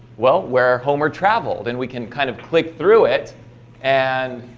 well where homer travel then we can kind of clicked through it and